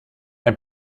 ein